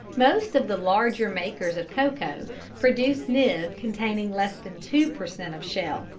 most of the larger makers of cocoa produce nib containing less than two per cent. of shell,